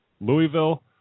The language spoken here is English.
Louisville